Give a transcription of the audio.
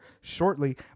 shortly